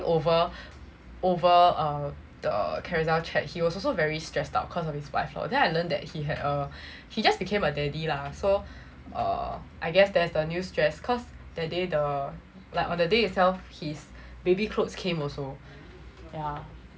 over over uh the Carousell chat he was also very stressed out cause of his wife lor then I learned that he had a he just became a daddy lah so err I guess there's the new stress cause that day the like on the day itself his baby clothes came also yeah